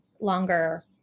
longer